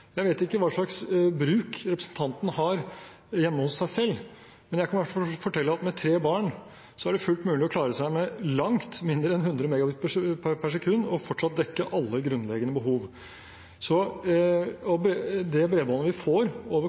hvert fall fortelle at med tre barn er det fullt mulig å klare seg med langt mindre enn 100 Mbit/s og fortsatt få dekket alle grunnleggende behov. Det bredbåndet vi får over